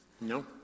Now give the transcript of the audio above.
no